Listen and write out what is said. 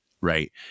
Right